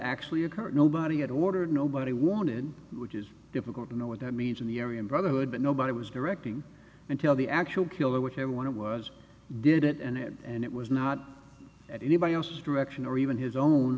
actually occurred nobody had ordered nobody wanted which is difficult to know what that means in the area of brotherhood but nobody was directing until the actual killer whichever one it was did it and it and it was not at anybody else's direction or even his own